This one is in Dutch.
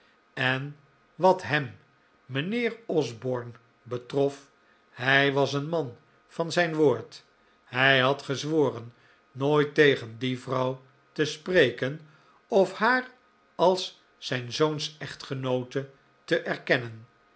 en wat hem mijnheer osborne betrof hij was een man van zijn woord hij had gezworen nooit tegen die vrouw te spreken of haar als zijn zoons echtgenoote te erkennen